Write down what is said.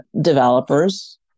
developers